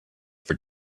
for